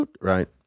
right